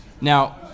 Now